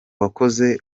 wakoze